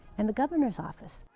and the governor's office.